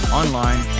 online